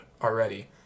already